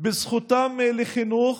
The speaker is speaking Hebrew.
בזכותם לחינוך,